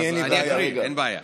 אני, אין לי בעיה.